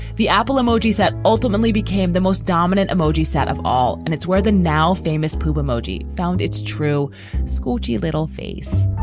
the apple emojis that ultimately became the most dominant emoji stat of all. and it's where the now famous poop emoji found its true scooty little face.